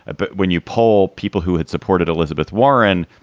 ah but when you poll people who had supported elizabeth warren,